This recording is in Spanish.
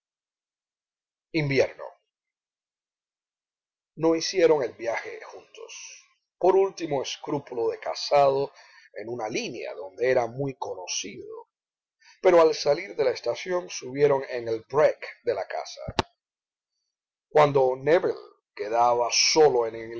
invierno no hicieron el viaje juntos por último escrúpulo de casado en una línea donde era muy conocido pero al salir de la estación subieron en el brec de la casa cuando nébel quedaba solo en